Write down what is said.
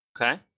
Okay